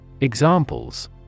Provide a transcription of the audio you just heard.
Examples